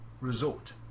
resort